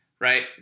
right